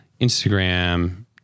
Instagram